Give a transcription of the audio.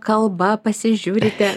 kalba pasižiūrite